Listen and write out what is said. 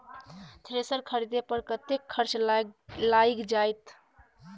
Thresher खरीदे पर कतेक खर्च लाईग जाईत?